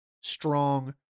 strong